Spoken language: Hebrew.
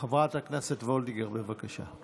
חברת הכנסת וולדיגר, בבקשה.